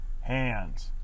hands